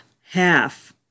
half